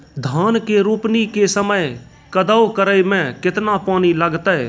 धान के रोपणी के समय कदौ करै मे केतना पानी लागतै?